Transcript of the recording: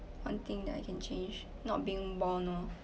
one thing that I can change not being born lor